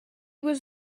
was